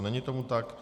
Není tomu tak.